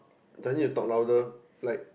do I need to talk louder like